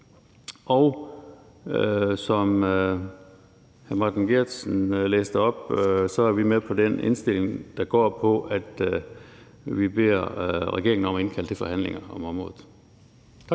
Som hr. Martin Geertsen læste op, er vi med på den indstilling, der går på, at vi beder regeringen om at indkalde til forhandlinger om området. Tak.